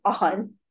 on